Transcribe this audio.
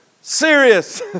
serious